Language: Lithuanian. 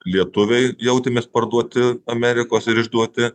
lietuviai jautėmės parduoti amerikos ir išduoti